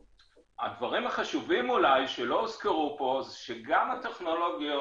הדברים החשובים אולי שלא הוזכרו פה הם שגם לטכנולוגיות